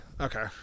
Okay